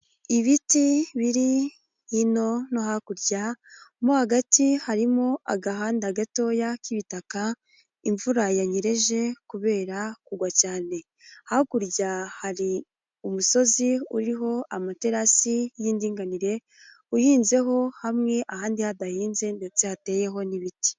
Ibiti biri hino no hakurya, mo hagati harimo agahanda gatoya k'ibitaka, imvura yanyereje kubera kugwa cyane, hakurya hari umusozi uriho amaterasi y'indinganire, uhinzeho hamwe, ahandi hadahinze ndetse hateyeho n'ibiti.